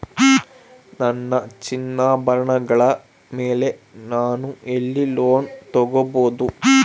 ನನ್ನ ಚಿನ್ನಾಭರಣಗಳ ಮೇಲೆ ನಾನು ಎಲ್ಲಿ ಲೋನ್ ತೊಗೊಬಹುದು?